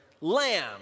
Lamb